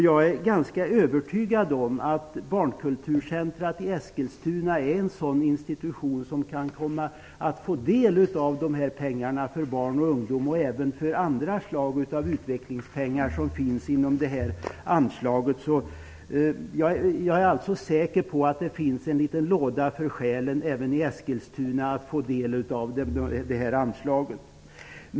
Jag är ganska övertygad om att Barnkulturcentrum i Eskilstuna är en institution som kan komma att få del av de här pengarna för barn och ungdom liksom även av andra former av utvecklingspengar som finns inom detta anslag. Jag är alltså säker på att det finns en liten låda för själen även i Eskilstuna genom vilken man kan få del av detta anslag.